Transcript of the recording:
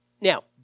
Now